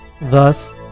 Thus